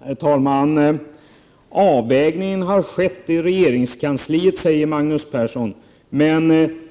Herr talman! Avvägningen har skett i regeringskansliet, säger Magnus Persson.